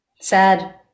Sad